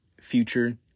future